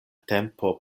tempo